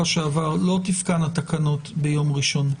שעבר שלא תפקענה תקנות ביום ראשון.